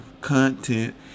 content